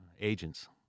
agents